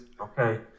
Okay